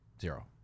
zero